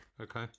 Okay